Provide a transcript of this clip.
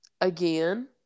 again